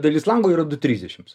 dalis lango yra du trisdešimts